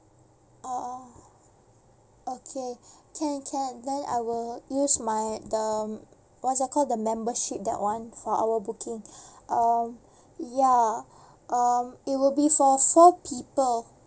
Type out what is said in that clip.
uh okay can can then I will use my the what's that called the membership that [one] for our booking um ya um it will be for four people